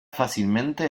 fácilmente